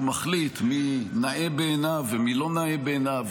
מחליט מי נאה בעיניו ומי לא נאה בעיניו,